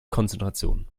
konzentration